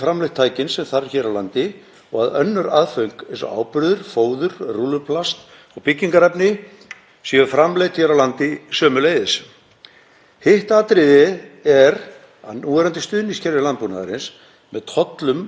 Hitt atriðið er að núverandi stuðningskerfi landbúnaðarins, með tollum og höftum, gerir innlenda framleiðslu ekki sjálfstæðari að þessu leyti. Það er ekki raunhæft markmið að gera íslenska framleiðslu óháða innflutningi.